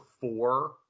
four